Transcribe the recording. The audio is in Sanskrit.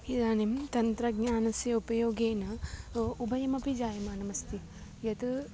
इदानीं तन्त्रज्ञानस्य उपयोगेन उभयमपि जायमानमस्ति यत्